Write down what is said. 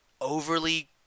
overly